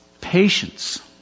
Patience